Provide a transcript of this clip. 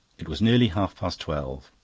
it was nearly half-past twelve.